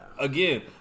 Again